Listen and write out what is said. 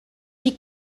die